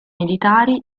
militari